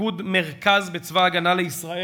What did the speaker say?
שפיקוד מרכז בצבא הגנה לישראל,